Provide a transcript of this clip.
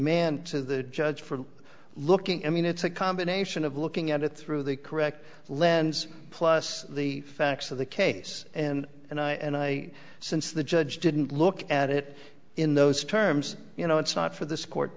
and to the judge for looking at mean it's a combination of looking at it through the correct lens plus the facts of the case and and i and i since the judge didn't look at it in those terms you know it's not for th